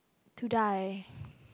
to die